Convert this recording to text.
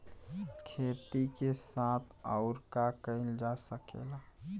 खेती के साथ अउर का कइल जा सकेला?